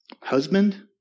husband